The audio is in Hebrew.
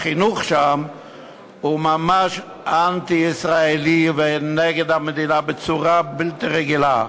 החינוך שם הוא ממש אנטי-ישראלי ונגד המדינה בצורה בלתי רגילה.